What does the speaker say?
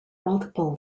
multiple